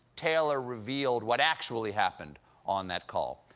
taylor revealed what actually happened on that call,